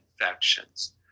infections